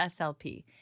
SLP